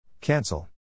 Cancel